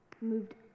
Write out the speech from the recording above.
moved